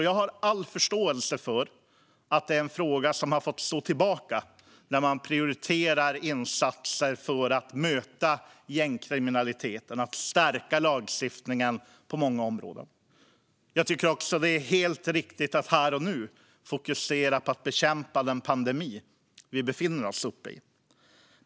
Jag har full förståelse för att det är en fråga som har fått stå tillbaka när man prioriterar insatser för att möta gängkriminaliteten och att stärka lagstiftningen på många områden. Jag tycker också att det är helt riktigt att här och nu fokusera på att bekämpa den pandemi vi befinner oss i.